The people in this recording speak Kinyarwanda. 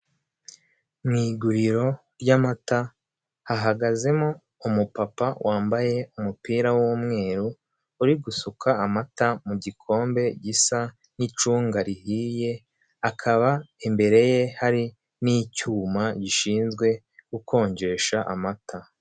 Mu iguriro ry’amata hahagazemo umupapa wambaye umupira w’umweru, uri gusuka amata mu gikombe gisa n’icunga rihiye. Akaba imbere ye hari n’icyuma gishinzwe gukonjesha amata.